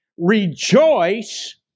Rejoice